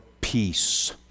peace